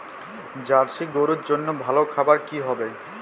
Jersey গরুর জন্য ভালো খাবার কি হবে?